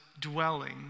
dwelling